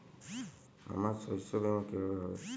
আমার শস্য বীমা কিভাবে হবে?